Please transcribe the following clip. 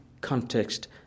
context